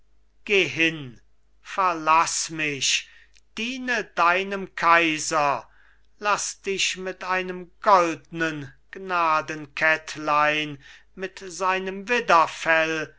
geh hin verlaß mich diene deinem kaiser laß dich mit einem goldnen gnadenkettlein mit seinem widderfell